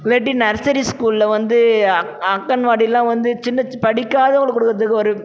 இல்லாட்டி நர்சரி ஸ்கூலில் வந்து அங்கன்வாடிலாம் வந்து சின்ன படிக்காதவங்களுக்கு கொடுக்குற ஒரு